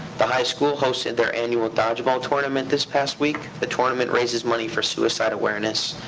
the high school hosted their annual dodgeball tournament this past week. the tournament raises money for suicide awareness.